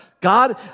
God